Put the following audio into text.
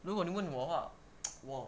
如果你问我的话